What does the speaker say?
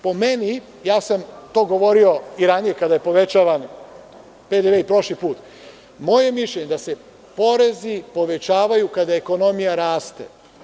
Po meni, ja sam to govorio i ranije kada povećavan PDV i prošli put, moje je mišljenje da se porezi povećavaju kada ekonomija raste.